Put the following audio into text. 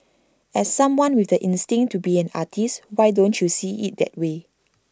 as someone with the instinct to be an artist why don't you see IT that way